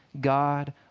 God